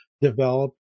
develop